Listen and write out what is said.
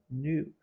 new